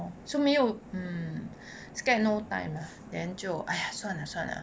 so 没有 mm scared no time lah then 就哎呀算了算了